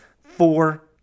four